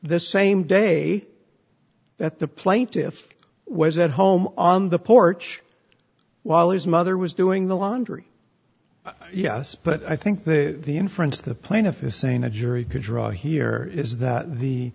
the same day that the plaintiff's was at home on the porch while his mother was doing the laundry yes but i think the the inference the plaintiff is saying a jury could draw here is that